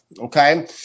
okay